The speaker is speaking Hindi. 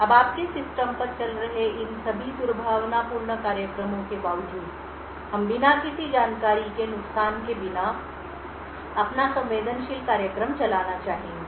अब आपके सिस्टम पर चल रहे इन सभी दुर्भावनापूर्ण कार्यक्रमों के बावजूद हम बिना किसी जानकारी के नुकसान के बिना अपना संवेदनशील कार्यक्रम चलाना चाहेंगे